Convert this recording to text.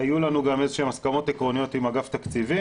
היו לנו גם איזה שהן הסכמות עקרוניות עם אגף תקציבים.